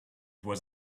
was